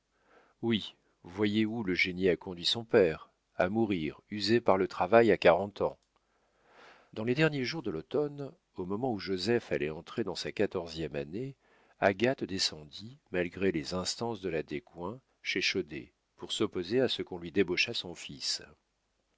voyez où le génie a conduit son père à mourir usé par le travail à quarante ans dans les derniers jours de l'automne au moment où joseph allait entrer dans sa quatorzième année agathe descendit malgré les instances de la descoings chez chaudet pour s'opposer à ce qu'on lui débauchât son fils